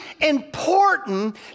important